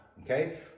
Okay